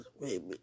baby